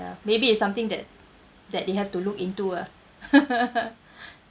ya maybe it's something that that they have to look into ah